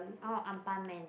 orh An pan-man